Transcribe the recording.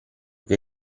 che